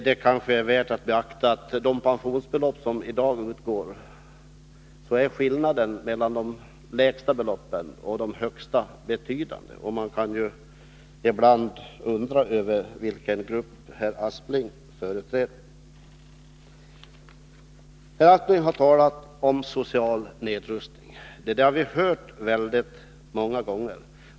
Det är kanske värt att beakta att i fråga om de pensionsbelopp som i dag utgår är skillnaden mellan de lägsta och de högsta beloppen betydande. Man kan ibland undra över vilken grupp herr Aspling företräder. Herr Aspling talade om social nedrustning. Det talet har vi hört väldigt många gånger.